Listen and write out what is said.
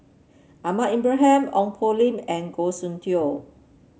Ahmad Ibrahim Ong Poh Lim and Goh Soon Tioe